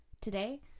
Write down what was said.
Today